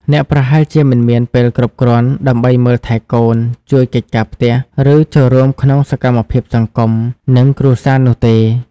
អ្នកប្រហែលជាមិនមានពេលគ្រប់គ្រាន់ដើម្បីមើលថែកូន ជួយកិច្ចការផ្ទះ ឬចូលរួមក្នុងសកម្មភាពសង្គម និងគ្រួសារនោះទេ។